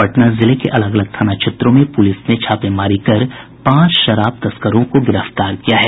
पटना जिले के अलग अलग थाना क्षेत्रों में पुलिस ने छापेमारी कर पांच शराब तस्करों को गिरफ्तार किया है